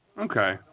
Okay